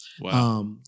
Wow